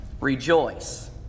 rejoice